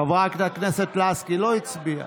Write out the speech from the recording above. חברת הכנסת לסקי לא הצביעה.